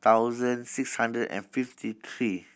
thousand six hundred and fifty three